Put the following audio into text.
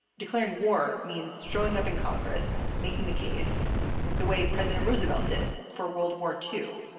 declaring war means showing up in congress, making the case the way president roosevelt did for world war two